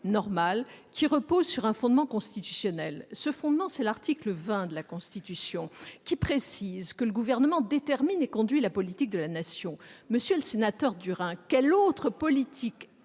reposant sur un fondement constitutionnel, l'article 20 de la Constitution, qui précise que le Gouvernement détermine et conduit la politique de la nation. Monsieur le sénateur Durain, quelle politique